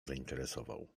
zainteresował